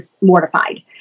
mortified